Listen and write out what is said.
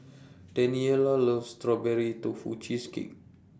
Daniella loves Strawberry Tofu Cheesecake